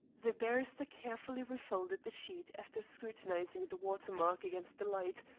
the barrister carefully refolded the sheet after scrutinizing the water-mark against the light,